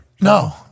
No